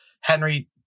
Henry